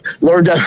learned